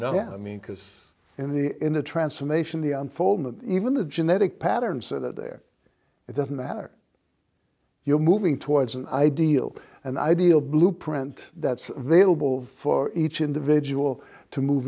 yeah i mean because in the end the transformation the unfoldment even the genetic pattern so that there it doesn't matter you're moving towards an ideal an ideal blueprint that's available for each individual to move